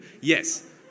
Yes